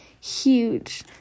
huge